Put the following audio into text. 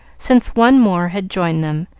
since one more had joined them,